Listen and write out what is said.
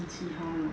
see how lor